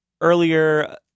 earlier